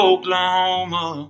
Oklahoma